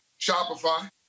shopify